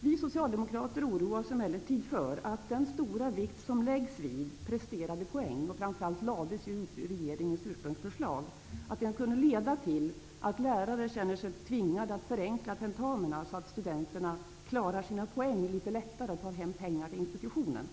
Vi socialdemokrater oroar oss emellertid över att den stora vikt som fästs -- framför allt i regeringens ursprungliga förslag -- vid presterad poäng kan leda till att lärarna känner sig tvingade att förenkla tentamina så att studenterna klarar sina poäng litet lättare och tar hem pengar till institutionen.